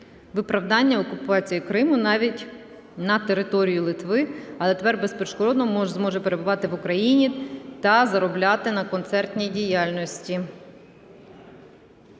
виправдання окупації Криму", навіть на територію Литви, але тепер безперешкодно зможе перебувати в Україні та заробляти на концертній діяльності.